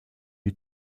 die